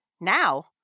Now